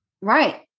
Right